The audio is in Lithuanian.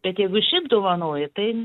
bet jeigu šiaip dovanoji tai